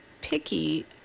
picky